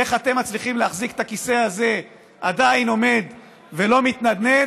איך אתם מצליחים להחזיק את הכיסא הזה עדיין עומד ולא מתנדנד,